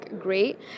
great